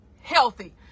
healthy